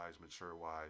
mature-wise